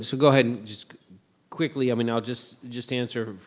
so go ahead, and just quickly, i mean, i'll just just answer,